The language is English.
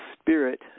spirit